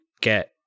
get